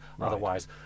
otherwise